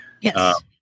Yes